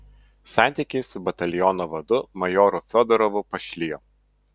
santykiai su bataliono vadu majoru fiodorovu pašlijo